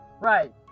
Right